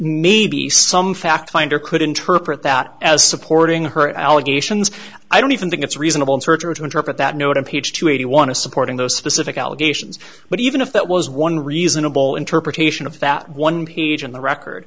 maybe some fact finder could interpret that as supporting her allegations i don't even think it's reasonable surgery to interpret that note on page two eighty want to supporting those specific allegations but even if that was one reasonable interpretation of that one page in the record